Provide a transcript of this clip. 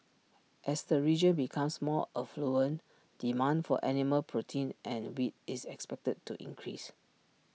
as the region becomes more affluent demand for animal protein and wheat is expected to increase